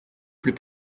plus